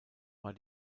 war